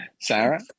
Sarah